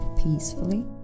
peacefully